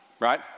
right